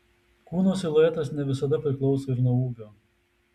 kūno siluetas ne visada priklauso ir nuo ūgio